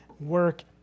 work